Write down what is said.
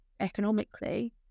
economically